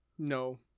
No